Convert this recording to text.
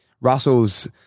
Russell's –